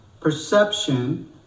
perception